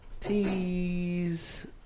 Tease